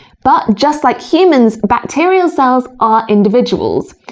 but just like humans bacterial cells are individuals,